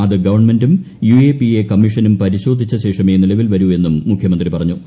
അത് ഗവൺമെന്റും യുഎപിഎ കമ്മീഷനും പരിശോധിച്ചശേഷമേ നിലവിൽ വരൂ എന്നും മുഖ്യമന്ത്രി പറഞ്ഞു